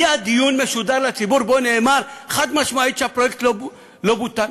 היה דיון משודר לציבור ובו נאמר חד-משמעית שהפרויקט לא בוטל.